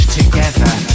together